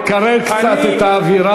אני יכול לבקש ממך לקרר קצת את האווירה?